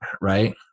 right